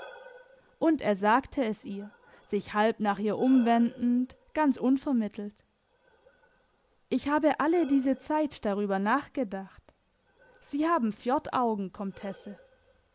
und er sagte es ihr sich halb nach ihr umwendend ganz unvermittelt ich habe alle diese zeit darüber nachgedacht sie haben